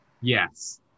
Yes